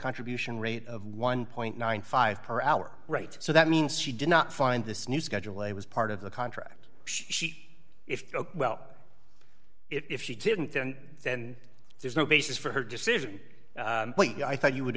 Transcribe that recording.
contribution rate of one dollar per hour right so that means she did not find this new schedule a was part of the contract she if well if she didn't and then there's no basis for her decision but i thought you would